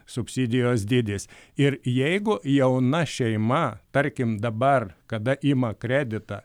subsidijos dydis ir jeigu jauna šeima tarkim dabar kada ima kreditą